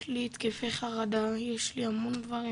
יש לי התקפי חרדה, יש לי המון דברים